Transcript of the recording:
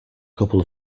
couple